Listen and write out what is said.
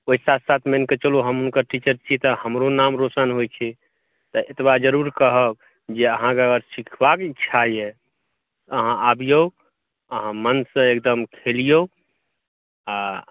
ओहि साथ साथ मानिकऽ चलूँ हम ओकर टीचर छी तऽ हमरो नाम रौशन होयत छै तऽ एतबा जरूर कहब जे अहाँकेँ अगर सीखबाक इच्छा यऽ अहाँ अबियौ अहाँ मनसे एकदम खेलियौ आ